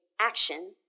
action